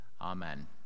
Amen